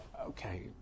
okay